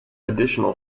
additional